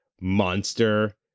monster